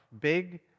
big